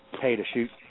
pay-to-shoot